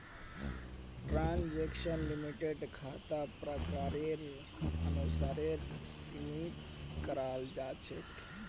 transaction लिमिटक खातार प्रकारेर अनुसारेर सीमित कराल जा छेक